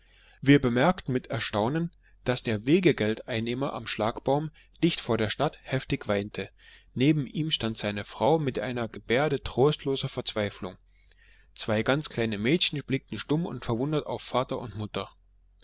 wir bemerkten mit erstaunen daß der wegegeldeinnehmer am schlagbaum dicht vor der stadt heftig weinte neben ihm stand seine frau mit der gebärde trostloser verzweiflung zwei ganz kleine mädchen blickten stumm und verwundert auf vater und mutter